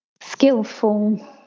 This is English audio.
skillful